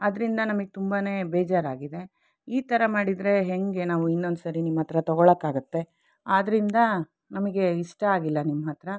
ಅದರಿಂದ ನಮಗೆ ತುಂಬಾ ಬೇಜಾರಾಗಿದೆ ಈ ಥರ ಮಾಡಿದರೆ ಹೇಗೆ ನಾವು ಇನ್ನೊಂದು ಸಾರಿ ನಿಮ್ಮ ಹತ್ರ ತೊಗೊಳಕ್ಕೆ ಆಗುತ್ತೆ ಆದ್ದರಿಂದ ನಮಗೆ ಇಷ್ಟ ಆಗಿಲ್ಲ ನಿಮ್ಮ ಹತ್ತಿರ